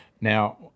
Now